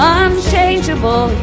unchangeable